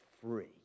free